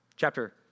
chapter